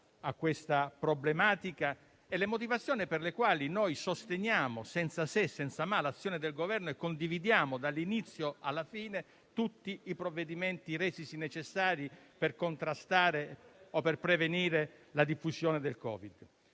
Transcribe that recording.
a questa problematica e delle motivazioni per le quali sosteniamo senza se e senza ma l'azione del Governo e condividiamo, dall'inizio alla fine, tutti i provvedimenti resisi necessari per contrastare o per prevenire la diffusione del Covid.